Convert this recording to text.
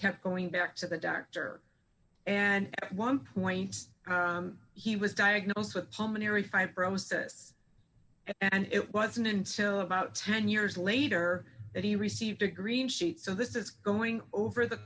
kept going back to the doctor and one point he was diagnosed with some an eerie fibrosis and it wasn't until about ten years later that he received a green sheet so this is going over the